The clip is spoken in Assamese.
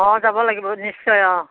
অঁ যাব লাগিব নিশ্চয় অঁ